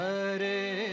Hare